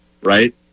right